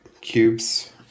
cubes